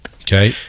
okay